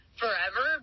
forever